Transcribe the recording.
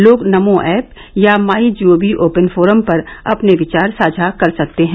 लोग नमो ऐप या my gov open forum पर अपने विचार साझा कर सकते हैं